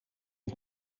een